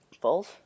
False